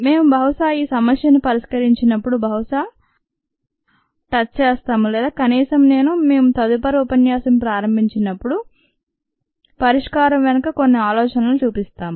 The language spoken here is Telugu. మేము బహుశా ఆ సమస్యను పరిష్కరించినప్పుడు బహుశా టచ్ చేస్తాము లేదా కనీసం నేను మేము తదుపరి ఉపన్యాసం ప్రారంభించినప్పుడు పరిష్కారం వెనుక కొన్ని ఆలోచనలు చూపిస్తాయి